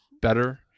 better